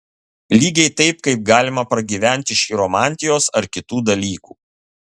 lygiai taip kaip galima pragyventi iš chiromantijos ar kitų dalykų